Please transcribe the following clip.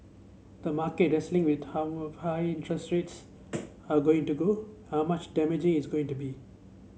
the market is wrestling with how high rates are going to go are much damaging is going to be